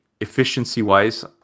efficiency-wise